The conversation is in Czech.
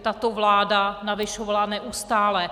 Tato vláda navyšovala neustále.